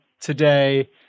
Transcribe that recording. today